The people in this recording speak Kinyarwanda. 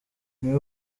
niwe